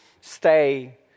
stay